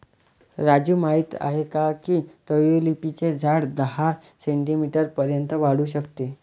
राजू माहित आहे की ट्यूलिपचे झाड दहा सेंटीमीटर पर्यंत वाढू शकते